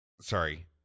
Sorry